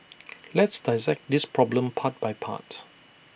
let's dissect this problem part by part